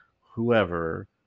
whoever